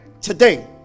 today